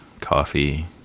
coffee